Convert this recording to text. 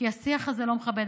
כי השיח הזה לא מכבד.